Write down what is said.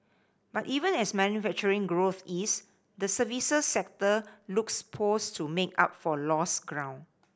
but even as manufacturing growth eased the services sector looks poised to make up for lost ground